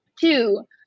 Two